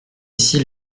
ici